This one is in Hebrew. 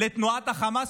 לתנועת חמאס,